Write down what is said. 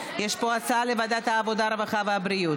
לוועדה שתקבע ועדת הכנסת נתקבלה.